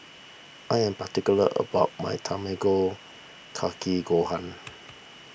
I am particular about my Tamago Kake Gohan